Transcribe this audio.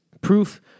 Proof